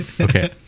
Okay